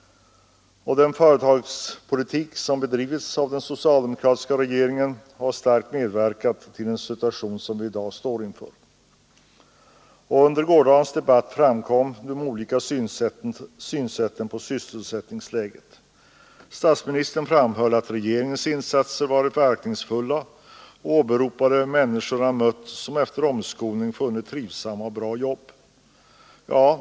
Den företagspolitik som bedrivits av den socialdemokratiska regeringen har starkt medverkat till den situation som vi i dag står inför. Under gårdagens debatt framkom de olika synsätten på sysselsättningsläget. Statsministern framhöll att regeringens insatser varit verkningsfulla och åberopade människor han mött som efter omskolning funnit trivsamma och goda jobb.